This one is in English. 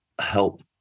help